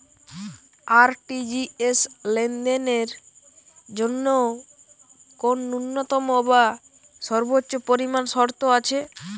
RTGS লেনদেনের জন্য কোন ন্যূনতম বা সর্বোচ্চ পরিমাণ শর্ত আছে?